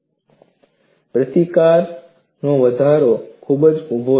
plane સ્ટ્રેસમાં R વળાંક પ્રતિકાર વધારો ખૂબ ઊભો છે